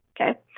Okay